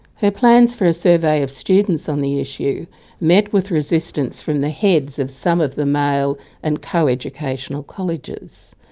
her plans for a survey of students on the issue met with resistance from the heads of some of the male and co-educational colleges,